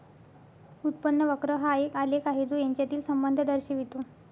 उत्पन्न वक्र हा एक आलेख आहे जो यांच्यातील संबंध दर्शवितो